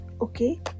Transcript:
Okay